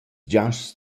giasts